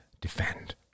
defend